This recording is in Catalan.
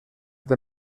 del